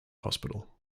hospital